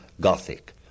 Gothic